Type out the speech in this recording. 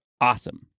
awesome